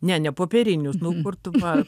ne ne popierinius nu kur tu va